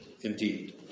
indeed